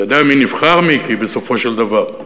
אתה יודע מי נבחר, מיקי, בסופו של דבר?